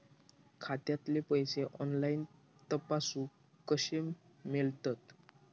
खात्यातले पैसे ऑनलाइन तपासुक कशे मेलतत?